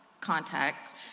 context